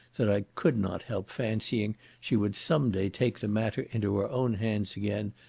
that i could not help fancying she would some day take the matter into her own hands again,